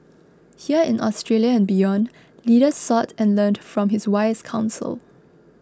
here in Australia and beyond leaders sought and learned from his wise counsel